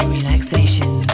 relaxation